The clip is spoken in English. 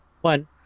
one